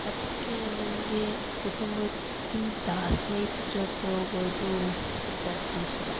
ಅದಕ್ಕೆ ನನಗೆ ಕುಟುಂಬಕ್ಕಿಂತ ಸ್ನೇಹಿತರ ಜೊತೆ ಹೋಗೋದು ಜಾಸ್ತಿ ಇಷ್ಟ